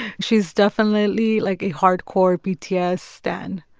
she's definitely, like, a hardcore bts stan.